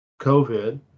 COVID